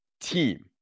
team